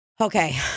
Okay